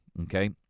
okay